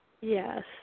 yes